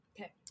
Okay